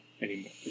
anymore